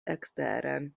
eksteren